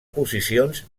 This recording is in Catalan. posicions